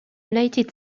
united